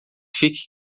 fique